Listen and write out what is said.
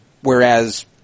Whereas